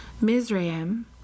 Mizraim